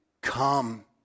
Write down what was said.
come